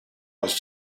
was